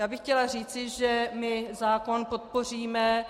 Já bych chtěla říct, že my zákon podpoříme.